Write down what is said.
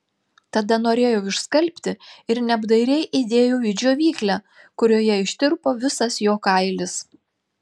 tada norėjau išskalbti ir neapdairiai įdėjau į džiovyklę kurioje ištirpo visas jo kailis